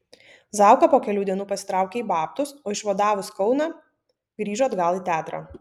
zauka po kelių dienų pasitraukė į babtus o išvadavus kauną grįžo atgal į teatrą